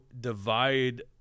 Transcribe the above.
divide